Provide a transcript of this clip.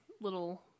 little